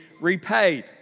repaid